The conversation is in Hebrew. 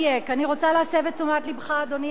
אני רוצה להסב את תשומת לבך, אדוני השר.